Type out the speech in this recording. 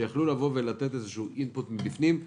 שיכלו לתת אינפוט מבפנים.